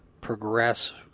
progress